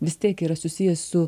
vis tiek yra susijęs su